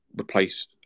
replace